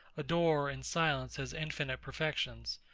adore in silence his infinite perfections,